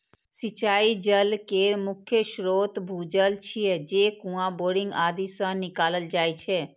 सिंचाइ जल केर मुख्य स्रोत भूजल छियै, जे कुआं, बोरिंग आदि सं निकालल जाइ छै